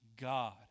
God